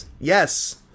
yes